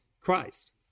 Christ